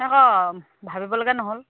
আকৌ ভাবিবলগীয়া নহ'ল